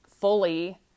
fully